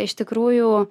iš tikrųjų